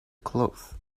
cloth